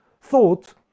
thought